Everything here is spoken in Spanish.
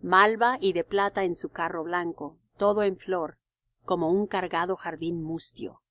malva y de plata en su carro blanco todo en flor como un cargado jardín mustio